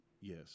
Yes